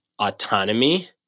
autonomy